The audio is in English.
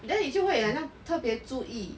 then 你就会 like 特别注意